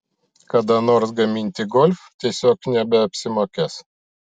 kada nors gaminti golf tiesiog nebeapsimokės